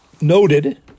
noted